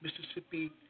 Mississippi